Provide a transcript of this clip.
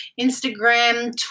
Instagram